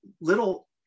little